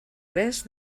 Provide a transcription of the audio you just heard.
res